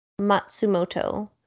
matsumoto